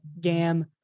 GAM